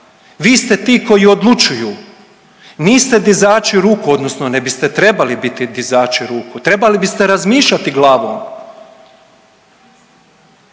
vi ste ti koji odlučuju, niste dizači ruku, odnosno ne biste trebali biti dizači ruku. Trebali biste razmišljati glavom.